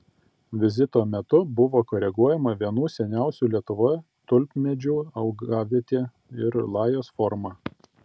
vizito metu buvo koreguojama vienų seniausių lietuvoje tulpmedžių augavietė ir lajos forma